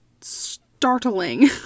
startling